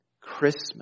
Christmas